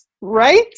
Right